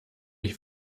ich